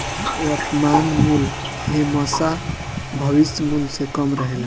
वर्तमान मूल्य हेमशा भविष्य मूल्य से कम रहेला